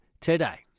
today